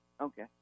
Okay